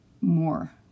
more